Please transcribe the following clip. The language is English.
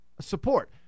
support